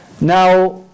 Now